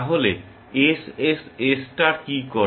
তাহলে SSS star কি করে